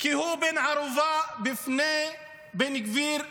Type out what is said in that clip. כי הוא בן ערובה של בן גביר וסמוטריץ',